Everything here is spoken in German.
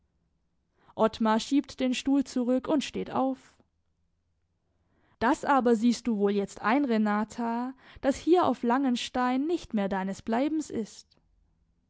ottmar schiebt den stuhl zurück und steht auf das aber siehst du wohl jetzt ein renata daß hier auf langenstein nicht mehr deines bleibens ist